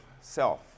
self